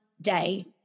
day